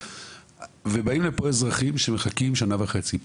באים לפה אזרחים שמחכים שנה וחצי.